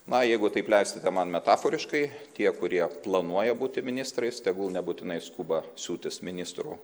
na jeigu taip leistite man metaforiškai tie kurie planuoja būti ministrais tegul nebūtinai skuba siūtis ministrų